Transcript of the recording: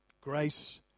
Grace